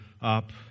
up